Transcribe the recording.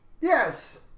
Yes